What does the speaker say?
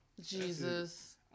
Jesus